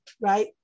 right